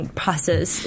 process